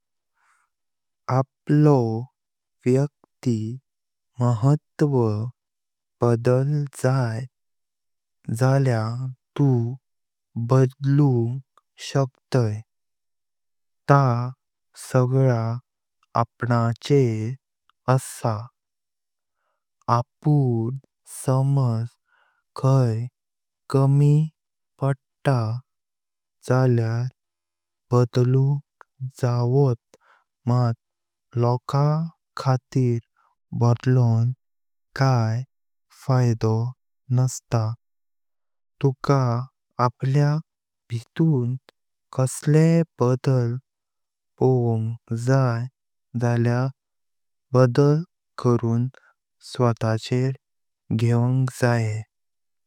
आपलो व्यक्तिमहत्व बदल जाए तू बदलूंग शक्ताय, ता सगळा आपणाचेर आसा। आपण समज खाय कमी पडताय जाल्या बदलूंग जाय माट लोकां खातीर बदलोन कितय फायदा नासता। तुका आपल्या भितून कासले बदल पोवांग जाय जाल्या बदल कऊन स्वच्छेर गेवंय जाय।